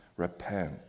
repent